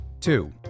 Two